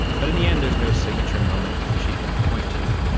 but in the end there's no signature moment that she can point to.